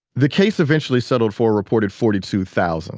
the case eventually settled for a reported forty two thousand